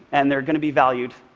and they're going to be valued.